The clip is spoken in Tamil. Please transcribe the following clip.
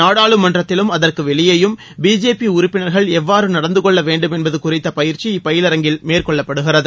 நாடாளுமன்றத்திலும் அகுற்கு வெளியேயும் பிஜேபி உறுப்பினர்கள் எவ்வாறு நடந்து கொள்ள வேண்டும் என்பது குறித்த பயிற்சி இப்பயிலரங்கில் மேற்கொள்ளப்படுகிறது